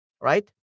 right